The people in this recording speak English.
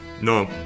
No